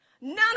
None